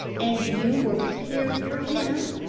and you were prepared for him?